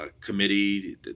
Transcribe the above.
committee